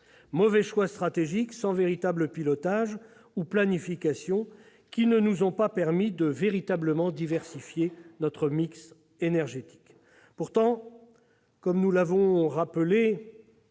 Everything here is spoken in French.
mauvais choix stratégiques, sans véritable pilotage ni planification, qui ne nous ont pas permis de véritablement diversifier notre mix énergétique. Pourtant, comme nous l'avons encore